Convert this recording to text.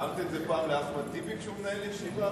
הערת את זה פעם לאחמד טיבי כשהוא מנהל ישיבה,